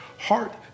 heart